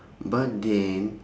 but then